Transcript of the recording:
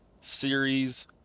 series